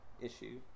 issue